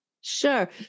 Sure